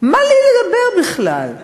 מה לי לדבר בכלל?